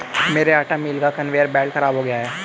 मेरे आटा मिल का कन्वेयर बेल्ट खराब हो गया है